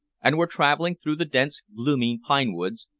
and were traveling through the dense gloomy pine-woods,